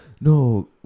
no